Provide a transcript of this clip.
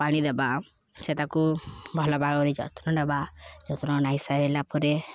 ପାଣି ଦେବା ସେ ତାକୁ ଭଲ ଭାବରେ ଯତ୍ନ ନେବା ଯତ୍ନ ନେଇ ସାରିଲା ପରେ